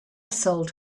sold